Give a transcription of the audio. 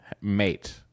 mate